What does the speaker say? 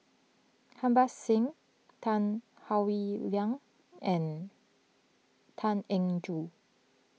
Harbans Singh Tan Howe Liang and Tan Eng Joo